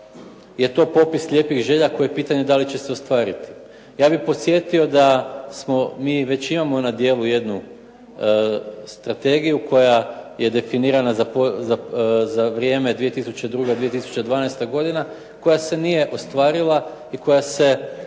je to popis lijepih želja koje je pitanje da li će se ostvariti. Ja bih podsjetio da smo mi, već imamo na djelu jednu strategiju koja je definirana za vrijeme 2002-2012. godina koja se nije ostvarila i koja je